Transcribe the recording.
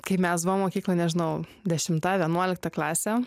kai mes buvom mokykloj nežinau dešimta vienuolikta klasė